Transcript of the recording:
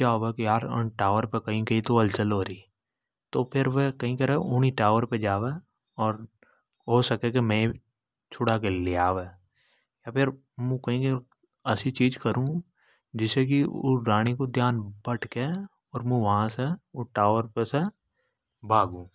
याद पड़े अर हो सके मे वे छुडा के ल्या वे। या फेर् मुंह असि कई कई चिज करू जिसे राणी को ध्यान भटके। अर मुं वा से भागु।